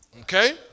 Okay